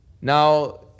Now